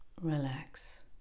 relax